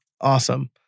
awesome